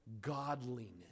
godliness